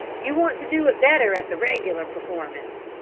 you want to do it better at the regular performance,